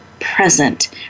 present